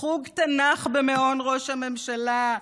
חוג תנ"ך במעון ראש הממשלה,